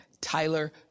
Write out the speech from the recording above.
Tyler